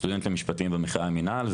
סטודנט למשפטים במכללה למנהל,